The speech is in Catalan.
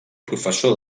professor